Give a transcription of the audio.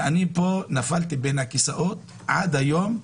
וכך יצא שאני נפלתי בין הכיסאות ואני שם עד היום,